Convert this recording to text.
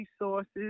resources